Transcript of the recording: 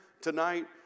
tonight